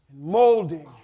molding